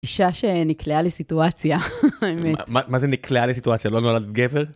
אישה שנקלעה לסיטואציה, האמת. מה זה נקלעה לסיטואציה? לא נולדת גבר?